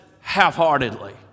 half-heartedly